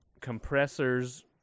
Compressors